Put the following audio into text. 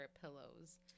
pillows